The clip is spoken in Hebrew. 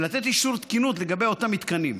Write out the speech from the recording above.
ולתת אישור תקינות לגבי אותם מתקנים.